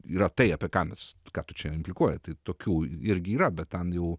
yra tai apie ką mes ką tu čia amplikuoti tokių irgi yra bet ten jau